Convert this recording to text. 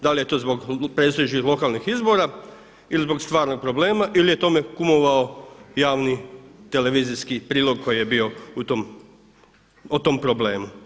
Da li je to zbog predstojećih lokalnih izbora ili zbog stvarnog problema ili je tome kumovao javni televizijski prilog koji je bio o tom problemu?